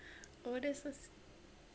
oh that's so sw~